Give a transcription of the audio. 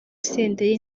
senderi